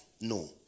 No